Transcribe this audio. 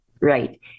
right